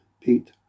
Pete